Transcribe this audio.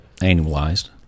annualized